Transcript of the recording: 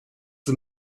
the